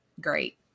great